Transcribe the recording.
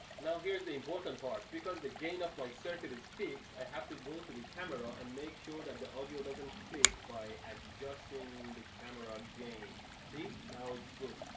now here is the important part. because the gain of my circuit is fixed, i have to go to the camera and make sure that the audio doesn't clip by adjusting the camera gain. see? now it's good.